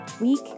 week